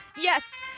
yes